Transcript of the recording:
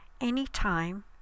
anytime